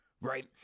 right